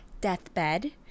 deathbed